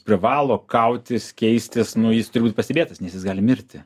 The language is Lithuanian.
privalo kautis keistis nu jis turi būt pastebėtas nes jis gali mirti